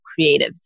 creatives